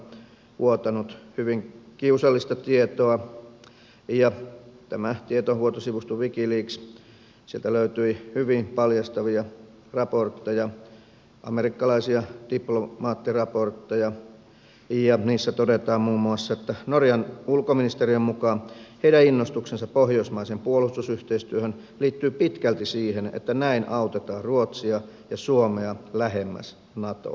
siellä on vuotanut hyvin kiusallista tietoa ja tietovuotosivusto wikileaksilta löytyi hyvin paljastavia raportteja amerikkalaisia diplomaattiraportteja ja niissä todetaan muun muassa että norjan ulkoministeriön mukaan heidän innostuksensa pohjoismaiseen puolustusyhteistyöhön liittyy pitkälti siihen että näin autetaan ruotsia ja suomea lähemmäs natoa